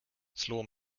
slå